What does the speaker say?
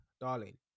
darling